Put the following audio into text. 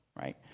right